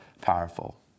powerful